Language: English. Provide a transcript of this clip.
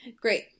Great